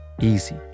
easy